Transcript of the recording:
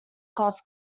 costs